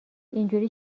اینجوری